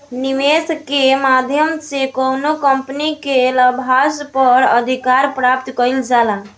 निवेस के माध्यम से कौनो कंपनी के लाभांस पर अधिकार प्राप्त कईल जाला